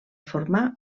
formar